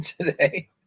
today